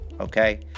Okay